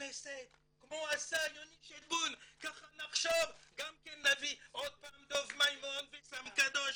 לכנסת כמו --- ככה נחשוב גם כן נביא עוד פעם דב מימון וסם קדוש